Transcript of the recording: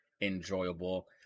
enjoyable